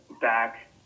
back